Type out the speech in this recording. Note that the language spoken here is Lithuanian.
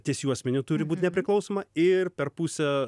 ties juosmeniu turi būt nepriklausoma ir per pusę